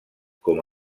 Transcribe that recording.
com